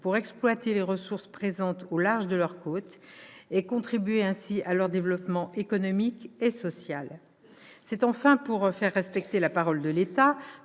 pour exploiter les ressources présentes au large de leurs côtes, et contribuer ainsi à leur développement économique et social. C'est enfin pour faire respecter la parole de l'État